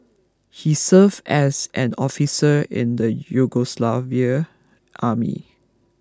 he served as an officer in the Yugoslav army